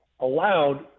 allowed